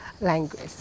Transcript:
language